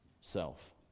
self